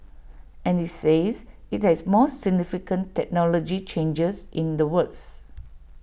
and IT says IT has more significant technology changes in the works